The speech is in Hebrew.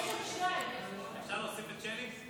אפשר להוסיף את שלי?